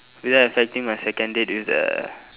without affecting my second date with the